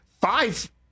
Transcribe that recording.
five